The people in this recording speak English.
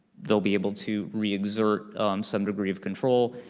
they'll be able to re-exert some degree of control,